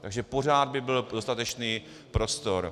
Takže pořád by byl dostatečný prostor.